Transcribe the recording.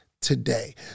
today